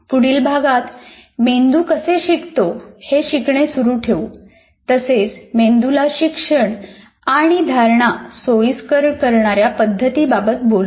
पुढील भागात मेंदू कसे शिकतो हे शिकणे सुरू ठेवू तसेच मेंदूला शिक्षण आणि धारणा सोयीस्कर करणार्या पद्धती बाबत बोलू